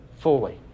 Fully